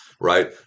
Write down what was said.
right